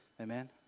Amen